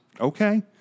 Okay